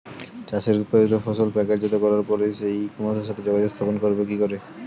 চাষের উৎপাদিত ফসল প্যাকেটজাত করার পরে ই কমার্সের সাথে যোগাযোগ স্থাপন করব কি করে?